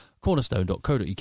cornerstone.co.uk